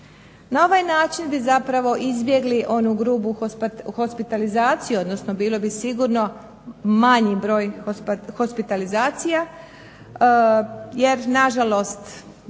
Na ovaj način bi zapravo izbjegli onu grubu hospitalizaciju, odnosno bilo bi sigurno manji broj hospitalizacija, jer na žalost